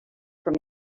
from